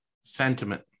Sentiment